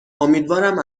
امیدوارم